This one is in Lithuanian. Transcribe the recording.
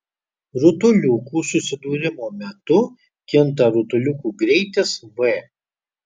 rutuliukų susidūrimo metu kinta rutuliukų greitis v